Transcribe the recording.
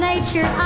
Nature